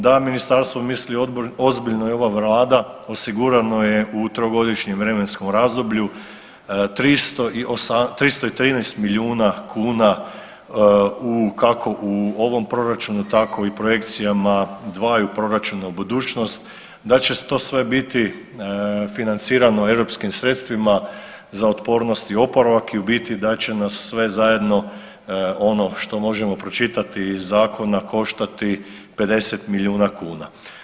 Da ministarstvo misli ozbiljno i ova Vlada osigurano je u trogodišnjem vremenskom razdoblju 313 milijuna kuna kako u ovom proračunu tako i projekcijama dvaju proračuna u budućnost, da će to sve biti financirano europskim sredstvima za otpornost i oporavak i u biti da će nas sve zajedno ono što možemo pročitati iz zakona koštati 50 milijuna kuna.